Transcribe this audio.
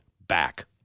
back